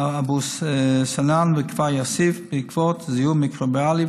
אבו סנאן וכפר יאסיף בעקבות זיהום מיקרוביאלי,